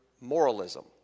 moralism